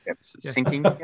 Sinking